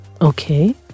Okay